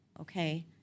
Okay